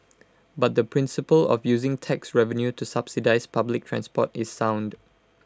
but the principle of using tax revenue to subsidise public transport is sound